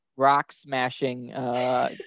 rock-smashing